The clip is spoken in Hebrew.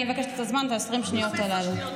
אני מבקשת את הזמן, את 20 השניות הללו.